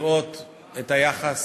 לראות את היחס,